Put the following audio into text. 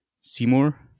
Seymour